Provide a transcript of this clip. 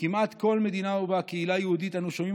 כמעט בכל מדינה שבה קהילה יהודית אנו שומעים